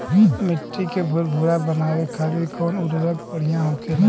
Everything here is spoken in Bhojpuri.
मिट्टी के भूरभूरा बनावे खातिर कवन उर्वरक भड़िया होखेला?